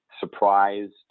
surprised